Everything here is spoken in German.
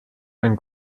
ein